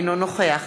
אינו נוכח